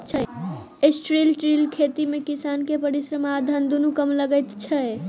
strip till खेती मे किसान के परिश्रम आ धन दुनू कम लगैत छै